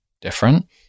different